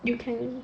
you can